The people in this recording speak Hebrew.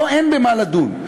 פה אין במה לדון.